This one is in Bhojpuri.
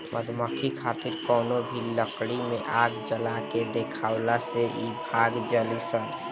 मधुमक्खी खातिर कवनो भी लकड़ी में आग जला के देखावला से इ भाग जालीसन